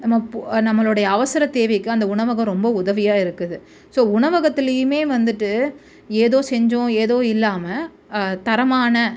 நம்ம போ நம்மளுடைய அவசர தேவைக்கு அந்த உணவகம் ரொம்ப உதவியாக இருக்குது ஸோ உணவகத்துலேயுமே வந்துவிட்டு ஏதோ செஞ்சோம் ஏதோ இல்லாமல் தரமான